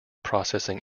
processing